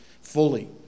fully